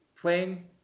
playing